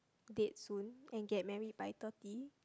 date soon and get married by thirty